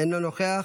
אינו נוכח.